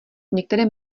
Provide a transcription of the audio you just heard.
některé